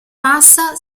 massa